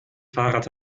fahrrad